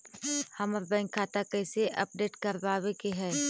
हमर बैंक खाता कैसे अपडेट करबाबे के है?